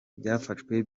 byafashwe